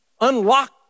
unlock